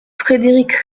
frédéric